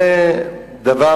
זה דבר